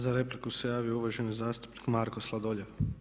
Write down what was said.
Za repliku se javio uvaženi zastupnik Marko Sladoljev.